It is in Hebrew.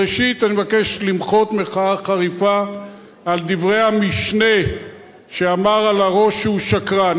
ראשית אני מבקש למחות מחאה חריפה על דברי המשנה שאמר על הראש שהוא שקרן.